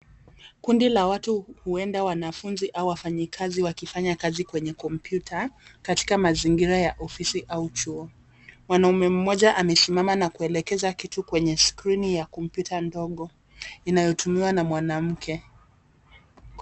Kundi la watu huenda wanafunzi au wafanyikazi wakifanya kazi kwenye kompyuta katika mazingira ya ofisi au chuo, mwanaume moja amesimama na kuelekeza kitu kwenye skrini ya kompyuta ndogo inayotumiwa na mwanamke.